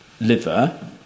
liver